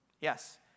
Yes